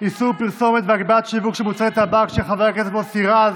איסור פרסומת והגבלת השיווק של מוצרי טבק של חבר הכנסת מוסי רז,